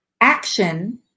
action